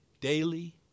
daily